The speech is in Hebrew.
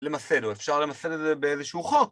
למסד, או אפשר למסד את זה באיזשהו חוק.